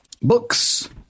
Books